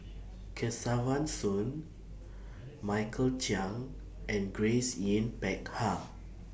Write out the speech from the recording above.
Kesavan Soon Michael Chiang and Grace Yin Peck Ha